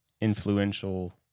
influential